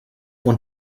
want